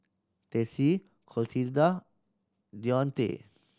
Tessie Clotilda Deontae